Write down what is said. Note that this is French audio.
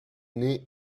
née